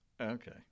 Okay